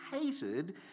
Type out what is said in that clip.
hated